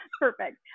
Perfect